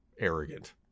Arrogant